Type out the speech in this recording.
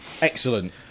Excellent